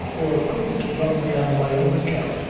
or couldn't love me on my own account,